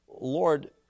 Lord